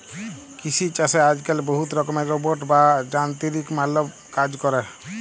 কিসি ছাসে আজক্যালে বহুত রকমের রোবট বা যানতিরিক মালব কাজ ক্যরে